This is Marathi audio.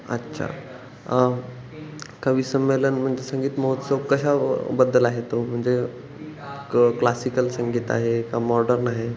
अच्छा कवि संमेलन म्हणजे संगीत महोत्सव कशाबद्दल आहे तो म्हणजे क क्लासिकल संगीत आहे का मॉडर्न आहे